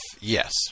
Yes